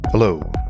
Hello